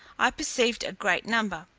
i perceived a great number.